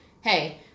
hey